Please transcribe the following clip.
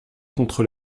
contre